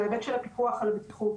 בהיבט של הפיקוח על בטיחות.